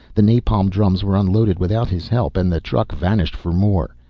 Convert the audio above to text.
the napalm drums were unloaded without his help and the truck vanished for more.